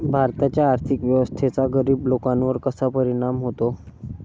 भारताच्या आर्थिक व्यवस्थेचा गरीब लोकांवर कसा परिणाम होतो?